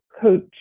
Coach